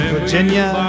Virginia